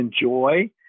enjoy